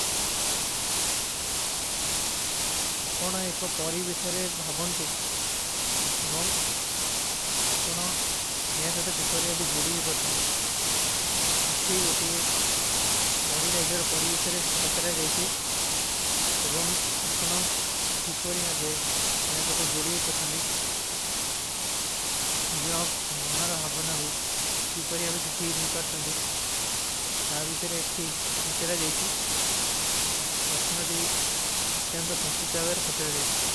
ଅପନା ଏକ ପାରୀ ଵିଶରେ ଭାବନ ତୁ, ଏବଂଗ ଅପନା ଯହାଁ ସଥା କୀ ପାରୀ ଅଭୀ ଜୋଡୀ ହୈ ପରଚନଦୀ। ଇଠୀ ଯୋଟୀ ପାରୀ ରାଜର ପାରୀ ଵିଶରେ ପଚଲା ଜାଈଚୀ, ଏବଂଗ ଅଖନା କୀ ପାରୀ ଅଭେ ଯହାଁ ସଥା ଜୋଡୀ ହୈ ପରଚନଦୀ। ଇଜା ମନର ହାବ ବନା ଗୁ, କୀ ପାରୀ ଅଭେ ସଥୀ ନହୀଂ ପରଚନଦୀ, ତା ଵିଶରେ ଏଠୀ ପଚଲା ଜାଈଚୀ, ରଶନଦୀ ଅପନେ ଅଂଦର ସଂକ୍ଷିପ ଦାଵେର ପଚଲା ଜାଈଚୀ।